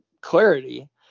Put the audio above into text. clarity